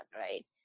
right